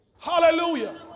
Hallelujah